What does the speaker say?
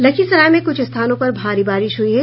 लखीसराय में कुछ स्थानों पर भारी बारिश हुई है